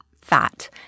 fat